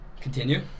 Continue